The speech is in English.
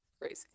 crazy